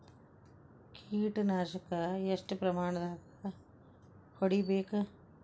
ಕೇಟ ನಾಶಕ ಎಷ್ಟ ಪ್ರಮಾಣದಾಗ್ ಹೊಡಿಬೇಕ?